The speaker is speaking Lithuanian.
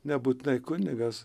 nebūtinai kunigas